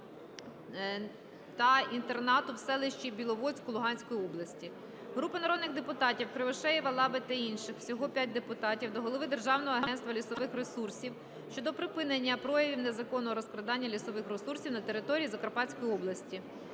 та інтернату в селищі Біловодську Луганської області. Групи народних депутатів (Кривошеєва, Лаби та інших. Всього 5 депутатів) до голови Державного агентства лісових ресурсів України щодо припинення проявів незаконного розкрадання лісових ресурсів на території Закарпатської області.